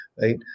right